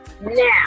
now